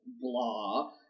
blah